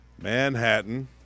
Manhattan